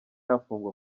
yafungwa